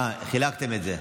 אה, חילקתם את זה.